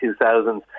2000s